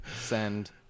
send